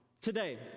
today